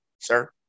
sir